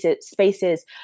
spaces